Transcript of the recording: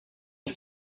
die